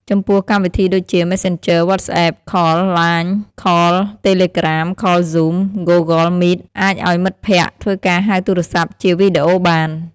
ចំពោះកម្មវិធីដូចជា Messenger WhatsApp Call LINE Call Telegram Call Zoom Google Meet អាចឱ្យមិត្តភ័ក្តិធ្វើការហៅទូរស័ព្ទជាវីដេអូបាន ។